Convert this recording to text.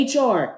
HR